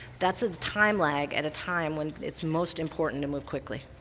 that's a time lag at a time when it's most important to move quickly.